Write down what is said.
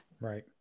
Right